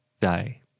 day